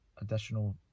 additional